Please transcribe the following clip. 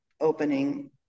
opening